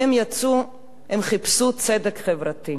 חיפש צדק חברתי.